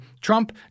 Trump